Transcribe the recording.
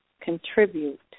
contribute